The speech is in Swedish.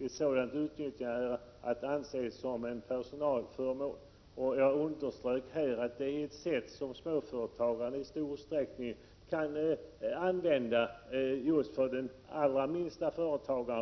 Ett sådant utnyttjande är att anse som personalvårdsförmån.” Jag underströk att det är ett sätt som är mycket lämpligt för företagare